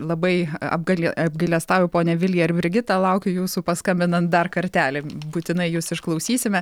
labai apgaile apgailestauju ponia vilija ar brigita laukiu jūsų paskambinant dar kartelį būtinai jus išklausysime